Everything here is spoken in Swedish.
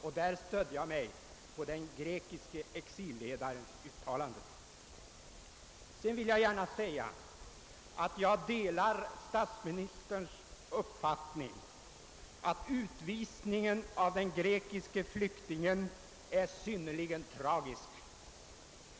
Här stödde jag mig på den grekiske exilledarens uttalanden. Jag delar statsministerns uppfattning att utvisningen av den grekiske flyktingen är synnerligen tragisk.